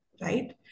right